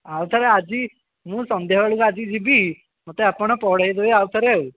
ଆଉ ଥରେ ଆଜି ମୁଁ ସନ୍ଧ୍ୟା ବେଳକୁ ଆଜି ଯିବି ମୋତେ ଆପଣ ପଢ଼େଇ ଦେବେ ଆଉ ଥରେ ଆଉ